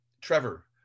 Trevor